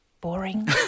Boring